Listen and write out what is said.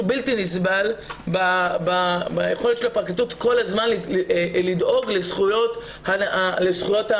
בלתי נסבל ביכולת של הפרקליטות כל הזמן לדאוג לזכויות הנאשם,